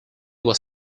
was